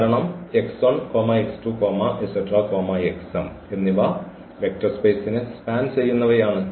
കാരണം എന്നിവ വെക്റ്റർ സ്പേസിനെ സ്പാൻ ചെയ്യുന്നവയാണ്